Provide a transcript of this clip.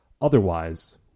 Otherwise